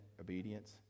obedience